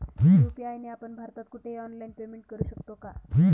UPI ने आपण भारतात कुठेही ऑनलाईन पेमेंट करु शकतो का?